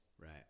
Right